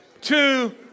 two